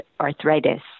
arthritis